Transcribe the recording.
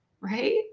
Right